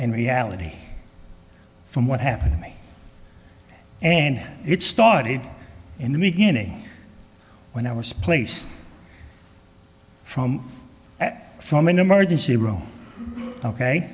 and reality from what happened to me and it started in the beginning when i was placed from that from an emergency room ok